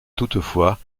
toutefois